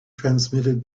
transmitted